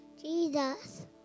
Jesus